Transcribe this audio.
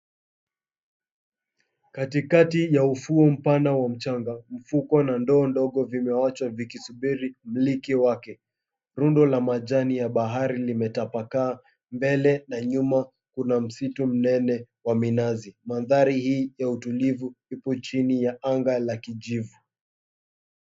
Katikati ya ufuo mpana wa mchanga, mfuko na ndoo ndogo vimewachwa vikisubiri mmliki wake. Rundo la majani ya bahari limetapakaa mbele, na nyuma kuna msitu mnene wa minazi. Mandhari hii ya utulivu ipo chini ya anga la kijivu.